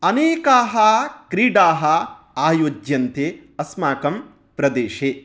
अनेकाः क्रीडाः आयोज्यन्ते अस्माकं प्रदेशे